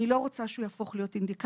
אני לא רוצה שהוא יהפוך להיות אינדיקציה,